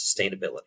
sustainability